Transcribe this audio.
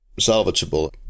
salvageable